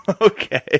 Okay